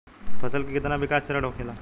फसल के कितना विकास चरण होखेला?